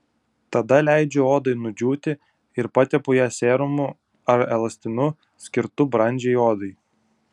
tada leidžiu odai nudžiūti ir patepu ją serumu ar elastinu skirtu brandžiai odai